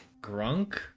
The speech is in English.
Grunk